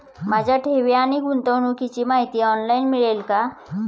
माझ्या ठेवी आणि गुंतवणुकीची माहिती ऑनलाइन मिळेल का?